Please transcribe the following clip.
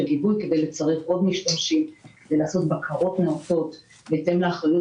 גיבוי כדי לצרף עוד משתמשים ולעשות בקרות נאותות בהתאם לאחריות